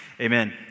Amen